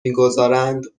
میگذارند